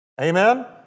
Amen